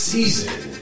Season